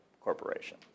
Corporation